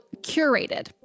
curated